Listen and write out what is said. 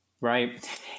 Right